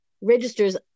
registers